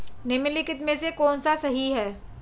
निम्नलिखित में से कौन सा सही है?